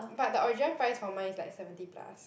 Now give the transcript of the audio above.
but the original price for mine is like seventy plus